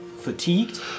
fatigued